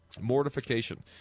Mortification